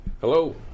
Hello